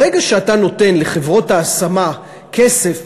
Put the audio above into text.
ברגע שאתה נותן לחברות ההשמה כסף